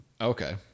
Okay